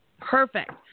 Perfect